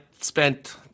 spent –